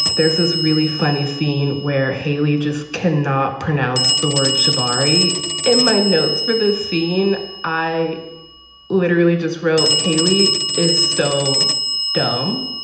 there's this really funny scene where haley just can not pronounce the word cbre in my notes for this scene i literally just wrote haley is so dumb.